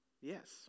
Yes